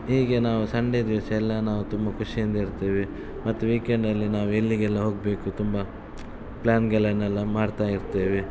ಹೀಗೇ ನಾವು ಸಂಡೆ ದಿವಸಯೆಲ್ಲ ನಾವು ತುಂಬ ಖುಷಿಯಿಂದ ಇರ್ತೀವಿ ಮತ್ತು ವೀಕೆಂಡಲ್ಲಿ ನಾವು ಎಲ್ಲಿಗೆಲ್ಲ ಹೋಗಬೇಕು ತುಂಬ ಪ್ಲಾನ್ಗಳನ್ನೆಲ್ಲ ಮಾಡ್ತಾ ಇರ್ತೇವೆ